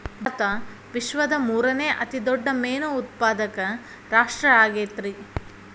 ಭಾರತ ವಿಶ್ವದ ಮೂರನೇ ಅತಿ ದೊಡ್ಡ ಮೇನು ಉತ್ಪಾದಕ ರಾಷ್ಟ್ರ ಆಗೈತ್ರಿ